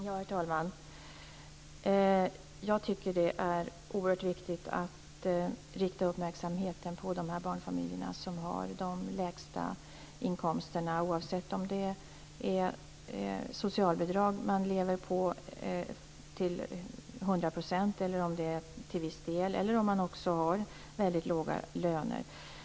Herr talman! Jag tycker att det är oerhört viktigt att rikta uppmärksamheten på de barnfamiljer som har de lägsta inkomsterna, oavsett om man lever på socialbidrag till 100 %, om man gör det till viss del eller om man har väldigt låga löner.